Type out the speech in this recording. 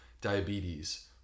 diabetes